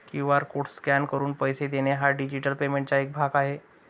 QR code scan करून पैसे देणे हा डिजिटल पेमेंटचा एक भाग आहे